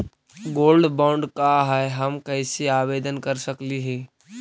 Gold bond का है, हम कैसे आवेदन कर सकली ही?